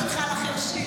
שאלתי אותך על החירשים,